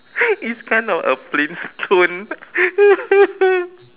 it's kind of a Flintstone